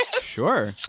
Sure